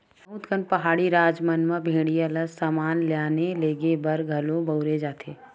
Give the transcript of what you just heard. बहुत कन पहाड़ी राज मन म भेड़िया ल समान लाने लेगे बर घलो बउरे जाथे